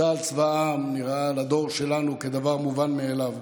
צה"ל צבא העם נראה לדור שלנו כדבר מובן מאליו.